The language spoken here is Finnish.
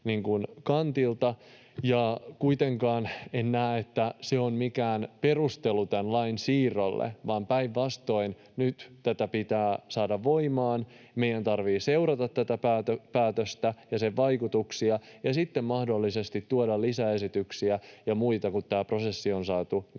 Kuitenkaan en näe, että se on mikään perustelu tämän lain siirrolle, vaan päinvastoin nyt tämä pitää saada voimaan. Meidän tarvitsee seurata tätä päätöstä ja sen vaikutuksia ja sitten mahdollisesti tuoda lisäesityksiä ja muita, kun tämä prosessi on saatu